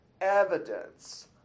evidence